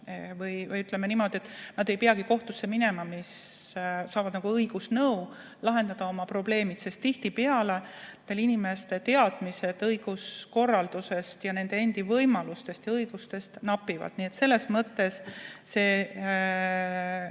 Ütleme niimoodi, et nad ei peagi kohtusse minema, sest nad saavad õigusnõu, kuidas oma probleemid lahendada. Tihtipeale nende inimeste teadmised õiguskorraldusest ja nende endi võimalustest ja õigustest napivad. Nii et selles mõttes on